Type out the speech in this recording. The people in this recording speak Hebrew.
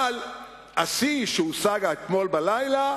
אבל השיא שהושג אתמול בלילה,